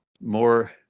more